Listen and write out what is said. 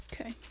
Okay